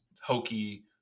hokey